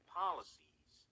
policies